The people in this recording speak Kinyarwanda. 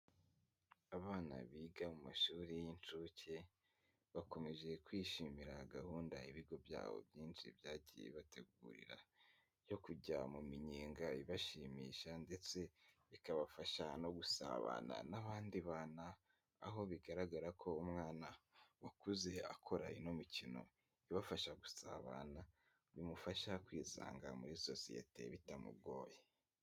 Abana biga mu mashuri y'incuke bakomeje kwishimira gahunda ibigo byabo byinshi byagiye bibategurira yo kujya mu minyenga ibashimisha ndetse ikabafasha no gusabana n'abandi bana aho bigaragara ko umwana wakuze akora ino mikino ibafasha gusabana bimufasha kwisanga muri sosiyete bitamugoye.